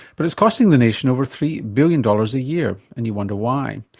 but it's costing the nation over three billion dollars a year and you wonder why.